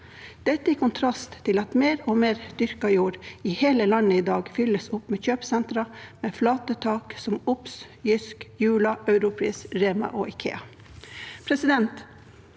Dette er i kontrast til at mer og mer dyrket jord i hele landet i dag fylles opp med kjøpesentre med flate tak, som Obs, Jysk, Jula, Europris, Rema og IKEA.